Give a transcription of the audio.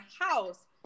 house